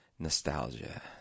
Nostalgia